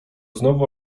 znowu